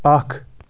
اکھ